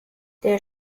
der